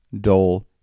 Dole